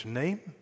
name